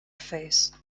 face